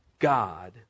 God